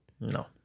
No